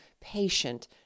patient